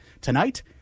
tonight